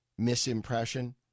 misimpression